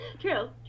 true